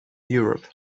europe